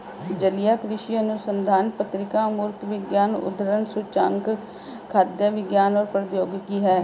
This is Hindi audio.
जलीय कृषि अनुसंधान पत्रिका अमूर्त विज्ञान उद्धरण सूचकांक खाद्य विज्ञान और प्रौद्योगिकी है